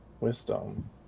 Wisdom